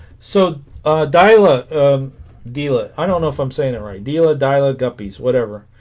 so dialer dealer i don't know if i'm saying it right dealer dialogue guppies whatever